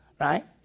right